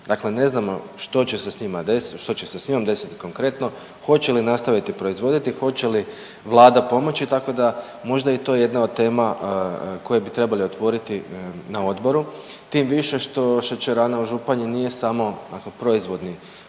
njima desiti, što će se s njom desiti konkretno, hoće li nastaviti proizvodi, hoće li vlada pomoći, tako da možda je i to jedna od tema koje bi trebali otvoriti na odboru tim više što šećerana u Županji nije samo dakle proizvodni